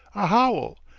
a howl,